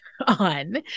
on